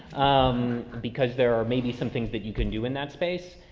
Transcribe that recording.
um, because there are maybe some things that you can do in that space.